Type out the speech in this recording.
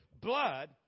Blood